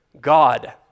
God